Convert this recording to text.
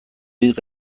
dit